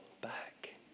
back